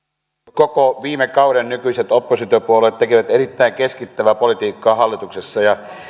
koko viime kauden nykyiset oppositiopuolueet tekivät erittäin keskittävää politiikkaa hallituksessa ja